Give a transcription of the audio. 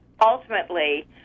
ultimately